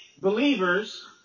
believers